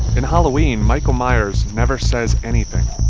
in halloween, michael myers never says anything.